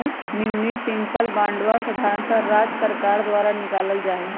municipal बांडवा साधारणतः राज्य सर्कार द्वारा निकाल्ल जाहई